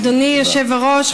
אדוני היושב-ראש,